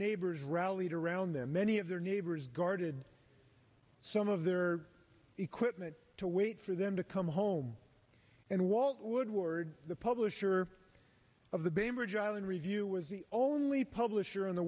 neighbors rallied around them many of their neighbors guarded some of their equipment to wait for them to come home and walt woodward the publisher of the bainbridge island review was the only publisher on the